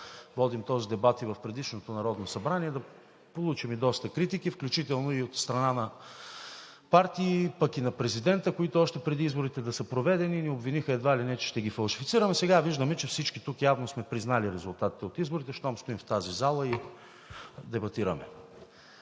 водим този дебат и в предишното Народно събрание, да получим и доста критики, включително и от страна на партии, пък и на президента, които още преди изборите да са проведени, ни обвиниха едва ли не, че ще ги фалшифицираме. Сега виждаме, че всички тук явно сме признали резултатите от изборите, щом стоим в тази зала и дебатираме.